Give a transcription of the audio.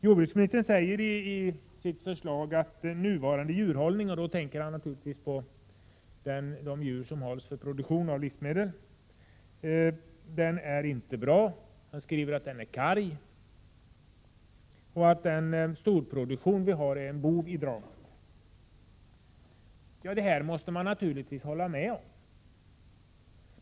Jordbruksministern säger i sitt förslag att nuvarande djurhållning — och då tänker han naturligtvis på de djur som hålls för produktion av livsmedel — inte är bra. Han skriver att den är karg och att den storproduktion som vi har är en bov i dramat. Det här måste man naturligtvis hålla med om.